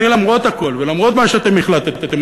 למרות הכול ולמרות מה שאתם החלטתם,